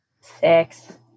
Six